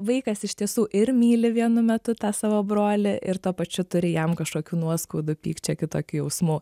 vaikas iš tiesų ir myli vienu metu tą savo brolį ir tuo pačiu turi jam kažkokių nuoskaudų pykčio kitokių jausmų